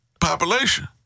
population